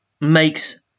makes